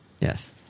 Yes